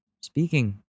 Speaking